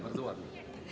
Bardzo ładne.